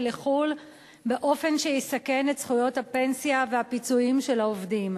לחו"ל באופן שיסכן את זכויות הפנסיה והפיצויים של העובדים.